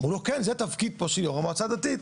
אמרו לו כן, זה תפקיד פה של יו"ר המועצה הדתית.